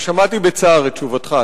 שמעתי בצער את תשובתך.